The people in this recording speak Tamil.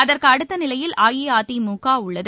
அதற்கு அடுத்த நிலையில் அஇஅதிமுக உள்ளது